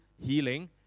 healing